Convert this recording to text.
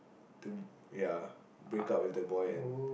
to ya break up with the boy and